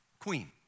queen